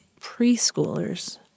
preschoolers